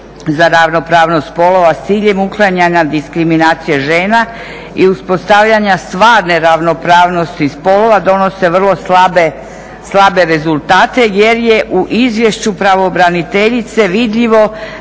za ravnopravnost spolova s ciljem uklanjanja diskriminacije žena i uspostavljanja stvarne ravnopravnosti spolova donose vrlo slabe rezultate jer je u izvješću pravobraniteljice vidljivo